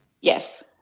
Yes